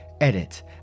edit